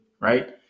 right